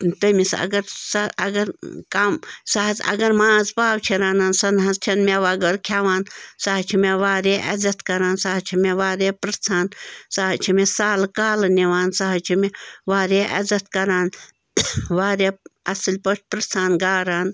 تٔمِس اَگر سۄ اَگر کَم سۄ حظ اَگر ماز پاو چھِ رَنان سۄ نہٕ حظ چھَنہٕ مےٚ وَغٲر کھیٚوان سۄ حظ چھِ مےٚ واریاہ عزَت کَران سۄ حظ چھِ مےٚ واریاہ پرٛژھان سۄ حظ چھِ مےٚ سالہٕ کالہٕ نِوان سۄ حظ چھِ مےٚ واریاہ عزَت کَران واریاہ اصٕل پٲٹھۍ پرٛژھان گاران